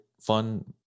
fun